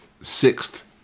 sixth